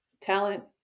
talent